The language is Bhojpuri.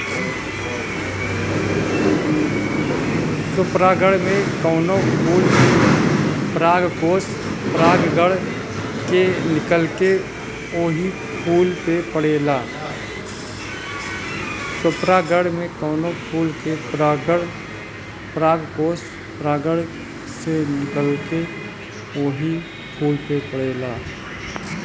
स्वपरागण में कवनो फूल के परागकोष परागण से निकलके ओही फूल पे पड़ेला